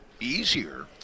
easier